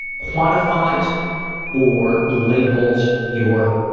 quantifies or labels your